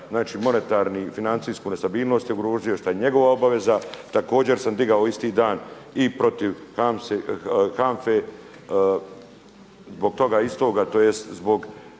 Znači, monetarnu i financijsku nestabilnost je …/Govornik se ne razumije./… što je njegova obaveza. Također sam digao isti dan i protiv HANFA-e zbog toga istoga, tj. zbog,